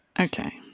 Okay